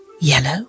Yellow